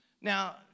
Now